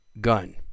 gun